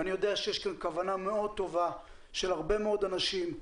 ואני יודע שיש כאן כוונה מאוד טובה של הרבה מאוד אנשים,